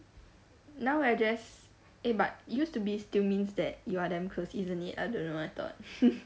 now we're just eh but used to be still means that you are damn close isn't it I don't know I thought